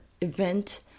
event